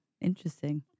interesting